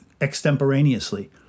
extemporaneously